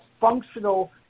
functional